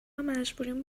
مجبوریم